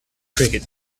cricket